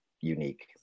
unique